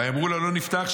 ויאמרו לה: לא נפתח,